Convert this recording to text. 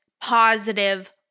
positive